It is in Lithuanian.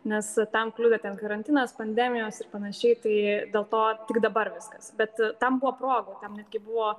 nes tam kliudė ten karantinas pandemijos ir panašiai tai dėl to tik dabar viskas bet tam buvo progų tam netgi buvo